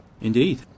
indeed